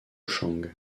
chang